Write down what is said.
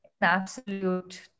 absolute